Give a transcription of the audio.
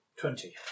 twenty